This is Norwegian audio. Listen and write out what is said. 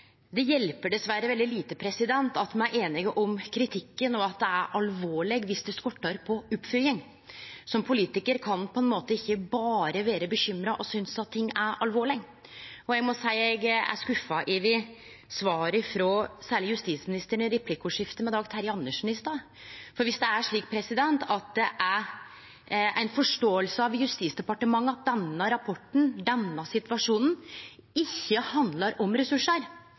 Det hjelper dessverre veldig lite at me er einige om kritikken, og at dette er alvorleg, når det skortar på oppfølging. Som politikar kan ein ikkje berre vere bekymra og synest at ting er alvorleg. Eg må seie eg er skuffa særleg over svaret frå justisministeren i replikkordskiftet med Dag Terje Andersen i stad, for viss det er slik at det er ei forståing i Justisdepartementet at denne rapporten, denne situasjonen, ikkje handlar om ressursar,